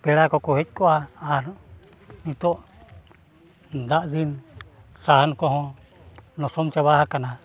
ᱯᱮᱲᱟ ᱠᱚᱠᱚ ᱦᱮᱡ ᱠᱚᱜᱼᱟ ᱟᱨ ᱱᱤᱛᱚᱜ ᱫᱟᱜ ᱫᱤᱱ ᱥᱟᱦᱟᱱ ᱠᱚᱦᱚᱸ ᱱᱚᱥᱚᱝ ᱪᱟᱵᱟ ᱟᱠᱟᱱᱟ